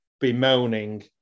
bemoaning